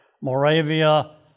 Moravia